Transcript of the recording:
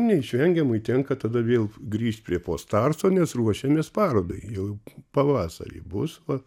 neišvengiamai tenka tada vėl grįžt prie post arso nes ruošiamės parodai jau pavasarį bus va